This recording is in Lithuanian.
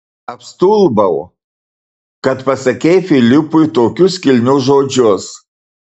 apstulbau kad pasakei filipui tokius kilnius žodžius